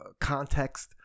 Context